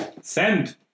Send